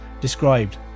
described